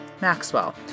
Maxwell